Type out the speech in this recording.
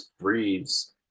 breathes